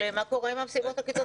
מה קורה עם מסיבות כיתתיות?